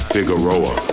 Figueroa